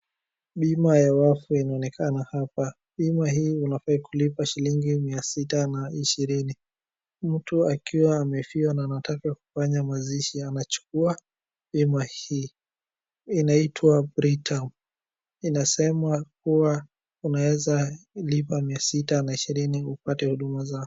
Bima ya wafu inonekana hapa. Bima hii unafaa kulipa shilingi 620. Mtu akiwa amefiwa na anataka kufanya mazishi anachukua bima hii. Inaitwa Britam, inasemwa kuwa unaweza lipa 620 upate huduma zao.